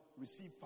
receive